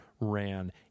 ran